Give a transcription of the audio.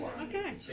Okay